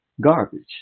Garbage